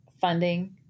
funding